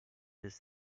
his